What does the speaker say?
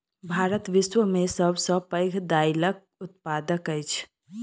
भारत विश्व में सब सॅ पैघ दाइलक उत्पादक अछि